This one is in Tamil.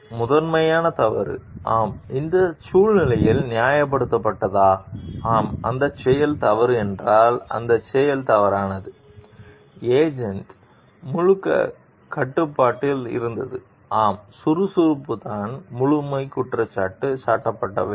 முதன்மையான தவறு ஆம் இந்தச் சூழ்நிலையில் நியாயப்படுத்தப்பட்டதா ஆம் அந்தச் செயல் தவறு என்றால் அந்தச் செயல் தவறானது ஏஜெண்ட் முழுக் கட்டுப்பாட்டில் இருந்தது ஆம் சுறுசுறுப்புதான் முழுக் குற்றம் சாட்டப்பட வேண்டும்